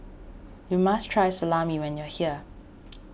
you must try Salami when you are here